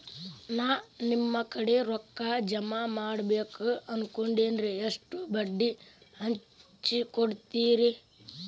ನಾ ನಿಮ್ಮ ಕಡೆ ರೊಕ್ಕ ಜಮಾ ಮಾಡಬೇಕು ಅನ್ಕೊಂಡೆನ್ರಿ, ಎಷ್ಟು ಬಡ್ಡಿ ಹಚ್ಚಿಕೊಡುತ್ತೇರಿ?